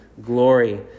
glory